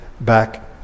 back